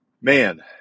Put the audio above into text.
man